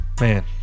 man